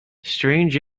strange